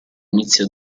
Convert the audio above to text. inizia